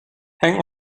hang